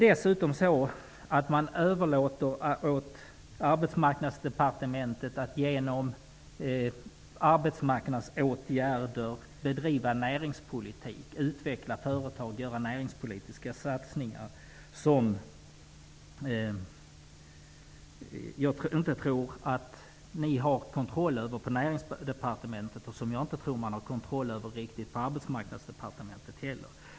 Dessutom överlåter man åt Arbetsmarknadsdepartementet att genom arbetsmarknadsåtgärder bedriva näringspolitik, utveckla företag och göra näringspolitiska satsningar. Jag tror inte att ni har kontroll över de satsningarna på Näringsdepartementet. Jag tror inte att man har det riktigt på Arbetsmarknadsdepartementet heller.